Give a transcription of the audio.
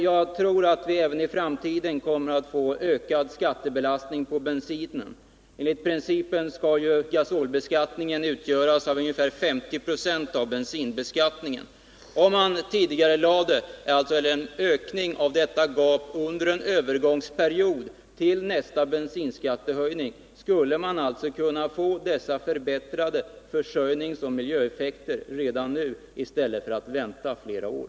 Jag tror att vi även i framtiden kommer att få en ökad skattebelastning på bensinen. I princip skall gasolskatten utgöras av ungefär 50 96 av bensinskatten. Om man tidigarelade en ökning av gapet mellan skatterna på dessa drivmedel under en övergångsperiod fram till nästa bensinskattehöjning, skulle man kunna få förbättrade försörjningsoch miljöeffekter redan nu, i stället för att behöva vänta flera år.